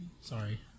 Sorry